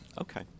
okay